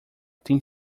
tem